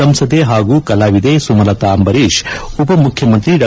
ಸಂಸದೆ ಹಾಗೂ ಕಲಾವಿದೆ ಸುಮಲತಾ ಅಂಬರೀಶ್ ಉಪಮುಖ್ಯಮಂತ್ರಿ ಡಾ